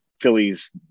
phillies